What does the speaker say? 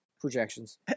projections